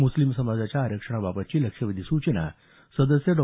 मुस्लिम समाजाच्या आरक्षणाबाबतची लक्षवेधी सूचना सदस्य डॉ